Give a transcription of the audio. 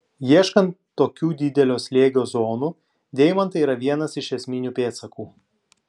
ieškant tokių didelio slėgio zonų deimantai yra vienas iš esminių pėdsakų